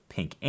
Pink